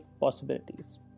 possibilities